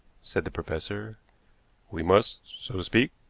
said the professor we must, so to speak,